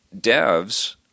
devs